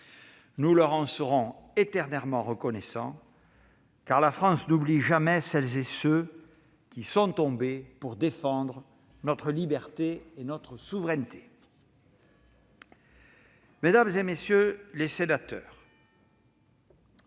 Nous leur en serons éternellement reconnaissants, car la France n'oublie jamais celles et ceux qui sont tombés pour défendre notre liberté et notre souveraineté. Mesdames, messieurs les sénateurs,